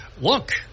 Look